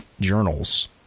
journals